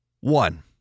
one